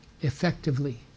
effectively